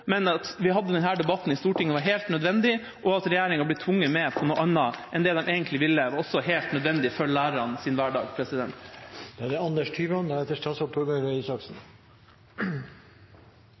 Men at vi hadde denne debatten i Stortinget var helt nødvendig, og at regjeringa blir tvunget med på noe annet enn det de egentlig ville, er også helt nødvendig for lærernes hverdag. Statsråden hadde helt rett i at det har kommet nye tall fra SSB når det